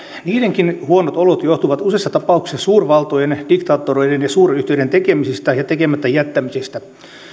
niidenkin huonot olot johtuvat useissa tapauksissa suurvaltojen diktaattoreiden ja suuryhtiöiden tekemisistä ja tekemättä jättämisistä